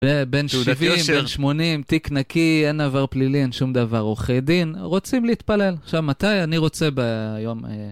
בן שבעים, תעודת יושר, בן שמונים, תיק נקי, אין עבר פלילי, אין שום דבר. עורכי דין? רוצים להתפלל. עכשיו מתי אני רוצה ביום...